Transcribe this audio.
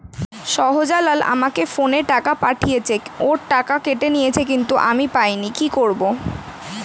শাহ্জালাল আমাকে ফোনে টাকা পাঠিয়েছে, ওর টাকা কেটে নিয়েছে কিন্তু আমি পাইনি, কি করব?